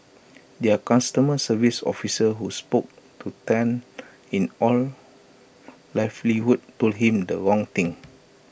their customer service officer who spoke to Tan in all likelihood told him the wrong thing